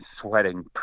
sweating